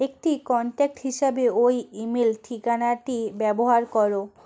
একটি কন্ট্যাক্ট হিসাবে ওই ইমেল ঠিকানাটি ব্যবহার করো